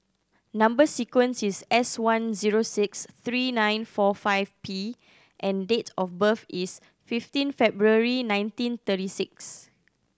number sequence is S one zero six three nine four five P and date of birth is fifteen February nineteen thirty six